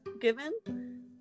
given